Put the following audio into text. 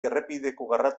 errepideko